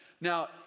Now